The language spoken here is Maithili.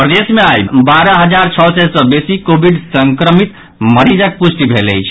प्रदेश मे आई बारह हजार छओ सय सँ बेसी कोविड संक्रमित मरीजक पुष्टि भेल अछि